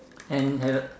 and has a